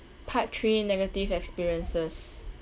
part three negative experiences